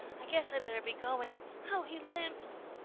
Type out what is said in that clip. i guess i better be going. how he limps!